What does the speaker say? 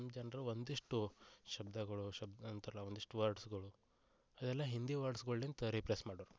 ನಮ್ಮ ಜನರು ಒಂದಿಷ್ಟು ಶಬ್ದಗಳು ಶಬ್ದ ಅಂತಾರಲ್ಲ ಒಂದಿಷ್ಟು ವರ್ಡ್ಸ್ಗಳು ಅದೆಲ್ಲ ಹಿಂದಿ ವರ್ಡ್ಸ್ಗಳಿಂದ ರಿಪ್ಲೇಸ್ ಮಾಡಿರೋದು